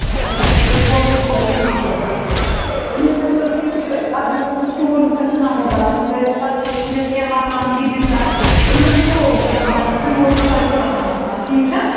اَچھا اَچھا ٹھیٖک واش روٗم تہِ آسان زٕ ژور تہٕ مےٚ ؤنۍتو تُہۍ یہِ تَتھ گژھِ آسٕنۍ سِٹورٕز گژھَن الگ آسٕنۍ کیٛازِکہِ پَتہٕ چھِ وُچھمٕتۍ اَسہِ کیٚنٛہہ مکانہٕ یہِ ڈِزایِن یِمَن سِٹورُے چھُ آسان بَنٲومٕتۍ سِٹور چھُ سارِوٕے کھۄتہٕ اَہم آسان ٹھیٖک چھا